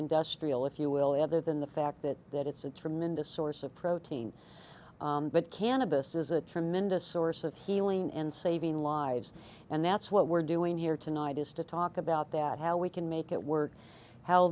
industrial if you will ever than the fact that that it's a tremendous source of protein but cannabis is a tremendous source of healing and saving lives and that's what we're doing here tonight is to talk about that how we can make it work how